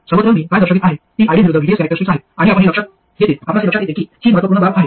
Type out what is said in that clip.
सर्वत्र मी काय दर्शवित आहे ती ID विरुद्ध VDS कॅरॅक्टरिस्टिक्स आहेत आणि आपणास हे लक्षात येते की ही महत्त्वपूर्ण बाब आहे